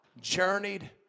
journeyed